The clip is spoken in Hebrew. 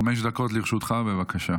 חמש דקות לרשותך, בבקשה.